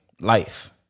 life